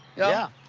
yeah.